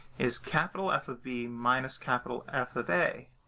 is capital f of b minus capital f of a.